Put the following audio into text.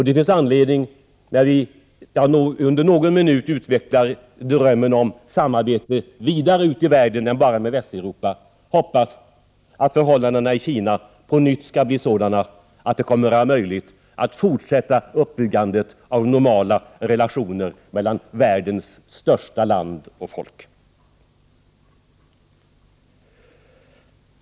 Det finns anledning att, när man utvecklar drömmen om samarbete vidare ut i världen än bara i Västeuropa, hoppas att förhållandena i Kina på nytt skall bli sådana att det kommer att bli möjligt att fortsätta uppbyggandet av normala relationer med världens största land och folk.